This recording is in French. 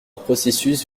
processus